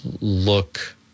look